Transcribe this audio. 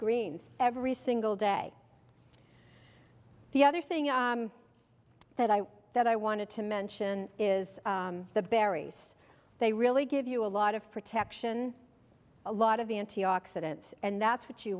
greens every single day the other thing that i that i wanted to mention is the berries they really give you a lot of protection a lot of antioxidants and that's what you